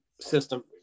system